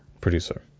Producer